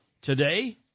today